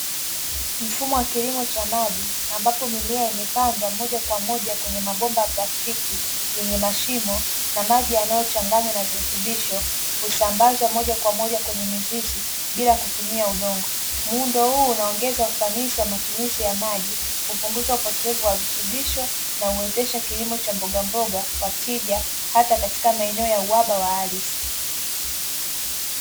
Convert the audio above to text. Mfumo wa kilimo cha maji, ambapo mimea imepandwa moja kwa moja kwenye mabomba ya plastiki yenye mashimo na maji yanayochanganywa na virutubisho, husambazwa moja kwa moja kwenye mizizi bila kutumia udongo. Muundo huu unaongeza ufanisi wa matumizi ya maji, kupunguza upotevu wa virutubisho na huwezesha kilimo cha mbogamboga kwa tija hata katika maeneo ya uhaba wa halisi.